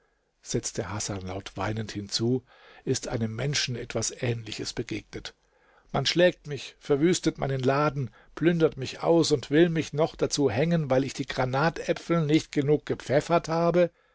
setzte hasan laut weinend hinzu ist einem menschen etwas ähnliches begegnet man schlägt mich verwüstet meinen laden plündert mich aus und will mich noch dazu hängen weil ich die granatäpfel nicht genug gepfeffert habe